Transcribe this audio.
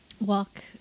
walk